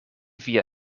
via